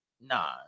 Nah